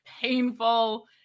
painful